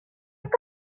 gael